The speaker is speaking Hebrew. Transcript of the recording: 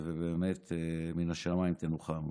ובאמת מן השמיים תנוחמו.